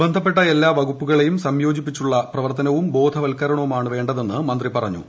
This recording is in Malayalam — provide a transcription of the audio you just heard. ബന്ധപ്പെട്ട എല്ലാ വകുപ്പുകളെയും സംയോജിപ്പിച്ചുള്ള പ്രവർത്തനവും ബോധവത്കരണവുമാണ് വേണ്ടതെന്ന് മന്ത്രി പറഞ്ഞു